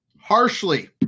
Harshly